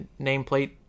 nameplate